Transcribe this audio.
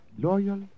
Loyal